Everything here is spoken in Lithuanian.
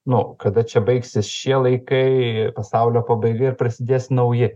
nu kada čia baigsis šie laikai pasaulio pabaiga ir prasidės nauji